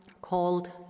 called